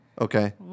Okay